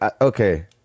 okay